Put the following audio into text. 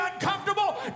uncomfortable